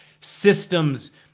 systems